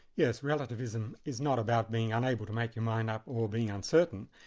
yes, relativism is not about being unable to make your mind up or being uncertain,